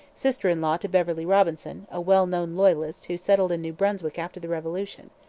sister-in-law to beverley robinson, a well-known loyalist who settled in new brunswick after the revolution.